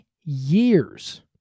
years